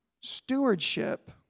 stewardship